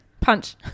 Punch